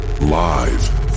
live